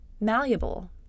malleable